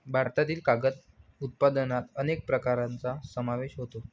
भारतातील कागद उत्पादनात अनेक प्रकारांचा समावेश होतो